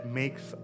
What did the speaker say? makes